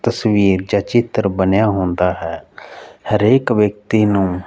ਤਸਵੀਰ ਜਾਂ ਚਿੱਤਰ ਬਣਿਆ ਹੁੰਦਾ ਹੈ ਹਰੇਕ ਵਿਅਕਤੀ ਨੂੰ